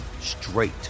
straight